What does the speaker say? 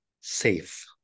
safe